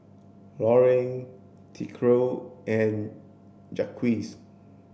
Loring Tyrique and Jaquez